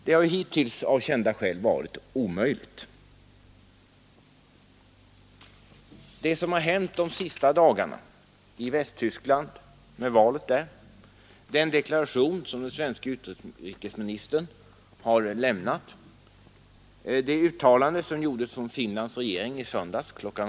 Det har hittills av kända skäl varit omöjligt. Vad som har hänt de senaste dagarna — valet i Västtyskland, den deklaration som den svenske utrikesministern har lämnat, det uttalande som gjordes från Finlands regering i söndags kl.